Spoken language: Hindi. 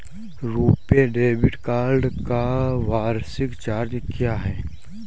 रुपे डेबिट कार्ड का वार्षिक चार्ज क्या है?